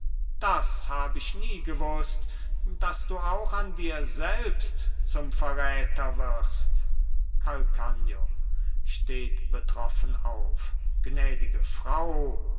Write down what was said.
das habe ich nie gewußt daß du auch an dir selbst zum verräter wirst calcagno steht betroffen auf gnädige frau